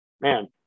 Man